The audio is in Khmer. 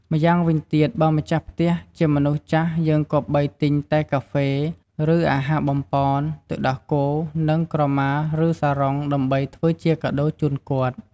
ម្យ៉ាងវិញទៀតបើម្ចាស់ផ្ទះជាមនុស្សចាស់យើងគប្បីទិញ តែ កាហ្វេ ឬអាហារបំប៉ន ទឹកដោះគោរនិងក្រម៉ា ឬសារ៉ុងដើម្បីធ្វើជាកាដូរជូនគាត់។